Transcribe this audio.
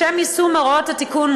לשם יישום הוראות התיקון,